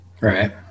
Right